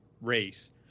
race